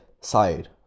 side